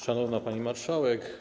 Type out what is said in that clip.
Szanowna Pani Marszałek!